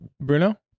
Bruno